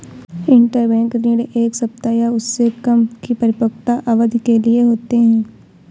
interbank ऋण एक सप्ताह या उससे कम की परिपक्वता अवधि के लिए होते हैं